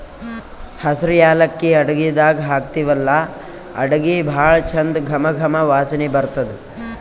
ಹಸ್ರ್ ಯಾಲಕ್ಕಿ ಅಡಗಿದಾಗ್ ಹಾಕ್ತಿವಲ್ಲಾ ಅಡಗಿ ಭಾಳ್ ಚಂದ್ ಘಮ ಘಮ ವಾಸನಿ ಬರ್ತದ್